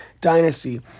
Dynasty